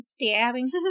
Stabbing